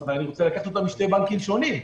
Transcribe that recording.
אבל אני רוצה לקחת אותה משני בנקים שונים,